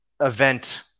event